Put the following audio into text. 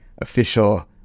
official